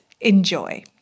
Enjoy